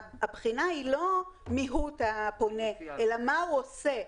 הבחינה היא לא מיהות הפונה, אלא מה הוא עושה.